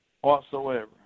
whatsoever